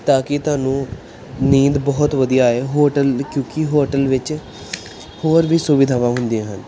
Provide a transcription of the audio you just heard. ਤਾਂ ਕਿ ਤੁਹਾਨੂੰ ਨੀਂਦ ਬਹੁਤ ਵਧੀਆ ਆਵੇ ਹੋਟਲ ਕਿਉਂਕਿ ਹੋਟਲ ਵਿੱਚ ਹੋਰ ਵੀ ਸੁਵਿਧਾਵਾਂ ਹੁੰਦੀਆਂ ਹਨ